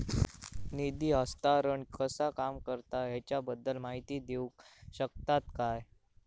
निधी हस्तांतरण कसा काम करता ह्याच्या बद्दल माहिती दिउक शकतात काय?